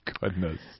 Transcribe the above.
goodness